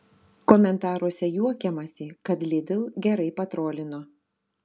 komentaruose juokiamasi kad lidl gerai patrolino